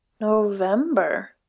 november